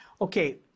Okay